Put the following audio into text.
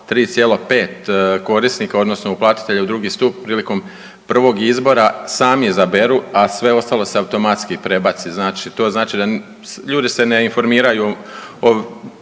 3,5 korisnika odnosno uplatitelja u drugi stup prilikom prvog izbora sami izaberu, a sve ostalo se automatski prebaci. Znači, to znači da ljudi se ne informiraju o